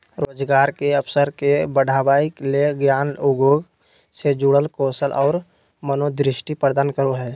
रोजगार के अवसर के बढ़ावय ले ज्ञान उद्योग से जुड़ल कौशल और मनोदृष्टि प्रदान करो हइ